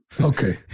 okay